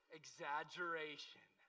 exaggeration